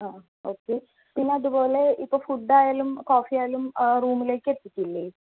അ okay പിന്നെ അതുപോലെ ഇപ്പം ഫുഡ് ആയാലും കോഫി ആയാലും റൂമിലേക്ക് എത്തിക്കില്ലേ